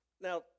Now